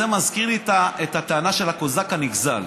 זה מזכיר לי את הטענה של הקוזק הנגזל.